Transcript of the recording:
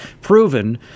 proven